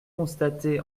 constaté